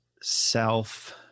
self